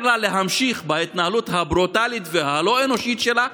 לה להמשיך בהתנהלות הברוטלית והלא-אנושית שלה,